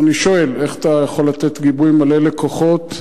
ואני שואל: איך אתה יכול לתת גיבוי מלא לכוחות,